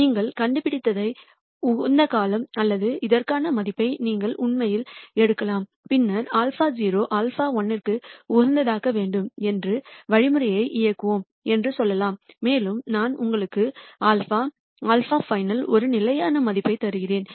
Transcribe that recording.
நீங்கள் கண்டுபிடிப்பதை உகந்ததாக்கலாம் அல்லது இதற்கான மதிப்பை நீங்கள் உண்மையில் எடுக்கலாம் பின்னர் இந்த α0 α1 க்கு உகந்ததாக்க வேண்டாம் என்று வழிமுறையை இயக்குவோம் என்று சொல்லலாம் மேலும் நான் உங்களுக்கு α α fixed ஒரு நிலையான மதிப்பை தருகிறேன்